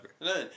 None